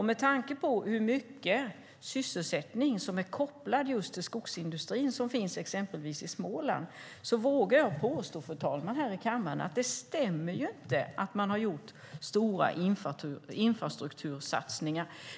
Med tanke på hur mycket sysselsättning som är kopplad just till skogsindustrin, som finns i exempelvis Småland, vågar jag påstå här i kammaren, fru talman, att det inte stämmer att man har gjort stora infrastruktursatsningar.